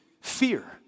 fear